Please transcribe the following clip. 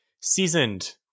seasoned